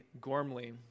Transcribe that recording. Gormley